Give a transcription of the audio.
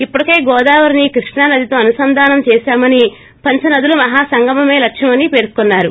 ఇప్పటికే గోదావరిని కృష్ణా నదితో అనుసంధానం చేశామని పంచ నదుల మహా సంగమమే లక్ష్యమని పేర్కొన్నారు